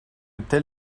tel